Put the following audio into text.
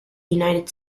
united